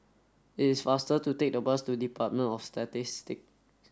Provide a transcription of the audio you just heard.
it is faster to take the bus to Department of Statistics